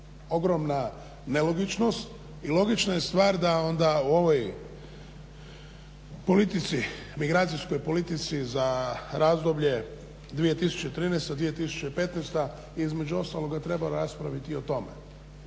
ogromna nelogičnost i logična je stvar da onda u ovoj politici, migracijskoj politici za razdoblje 2013-2015. Između ostaloga treba raspraviti o tome.